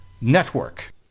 Network